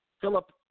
Philip